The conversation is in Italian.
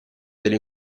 delle